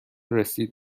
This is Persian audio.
رسید